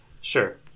Sure